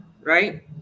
right